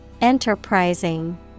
enterprising